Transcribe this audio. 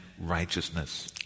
righteousness